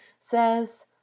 says